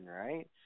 right